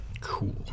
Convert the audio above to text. Cool